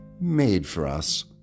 made-for-us